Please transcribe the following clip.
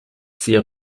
sehr